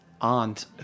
aunt